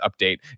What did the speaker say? update